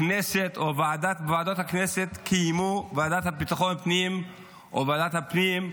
למה שנרצה לחבל בתהליך שגורם לנו להיות בשלטון פעם אחר פעם?